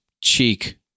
cheek